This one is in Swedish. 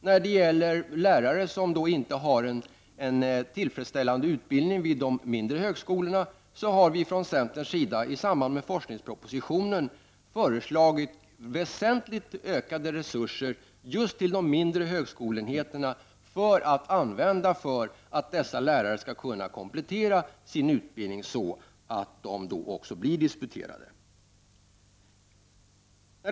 När det gäller lärare som inte har tillräcklig utbildning, vid de mindre högskolorna, har vi från centerns sida i samband med forskningspropositionen föreslagit väsentligt ökade resurser just till de mindre högskoleenheterna, att användas för att dessa lärare skall kunna komplettera sin utbildning så att de också disputerar.